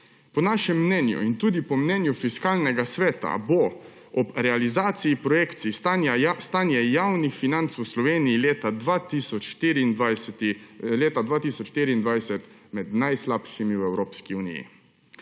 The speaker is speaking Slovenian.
Po našem mnenju in tudi po mnenju Fiskalnega sveta bo ob realizaciji projekcij stanje javnih financ v Sloveniji leta 2024 med najslabšimi v Evropski uniji.